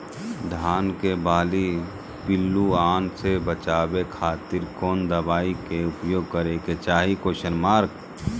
धान के बाली पिल्लूआन से बचावे खातिर कौन दवाई के उपयोग करे के चाही?